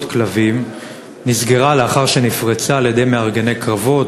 כלבים נסגרה לאחר שנפרצה על-ידי מארגני קרבות.